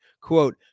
Quote